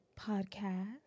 podcast